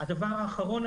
נושא אחרון,